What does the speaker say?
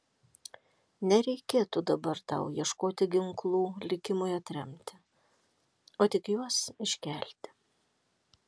nereikėtų dabar tau ieškoti ginklų likimui atremti o tik juos iškelti